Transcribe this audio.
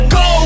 go